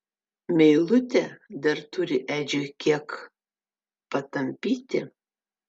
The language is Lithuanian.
meilutė dar turi edžiui kiek patampyti